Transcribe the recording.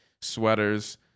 sweaters